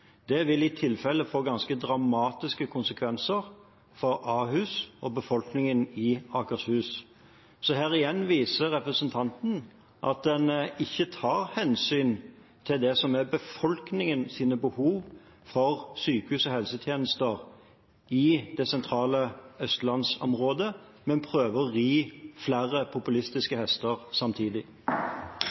Det vil i tilfelle få ganske dramatiske konsekvenser for Ahus og befolkningen i Akershus. Her viser representanten igjen at en ikke tar hensyn til det som er befolkningens behov for sykehus og helsetjenester i det sentrale østlandsområdet, men prøver å ri flere populistiske hester samtidig.